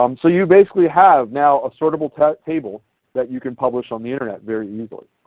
um so you basically have now a sortable table that you can publish on the internet very easily.